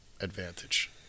advantage